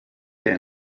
der